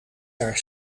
jaar